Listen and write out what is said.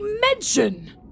mention